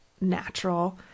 natural